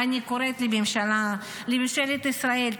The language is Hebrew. ואני קוראת לממשלת ישראל,